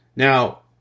Now